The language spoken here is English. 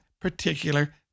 particular